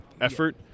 effort